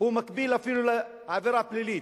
הוא יקביל אפילו לעבירה פלילית.